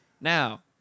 Now